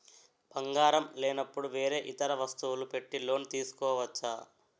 బంగారం లేనపుడు వేరే ఇతర వస్తువులు పెట్టి లోన్ తీసుకోవచ్చా?